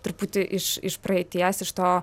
truputį iš iš praeities iš to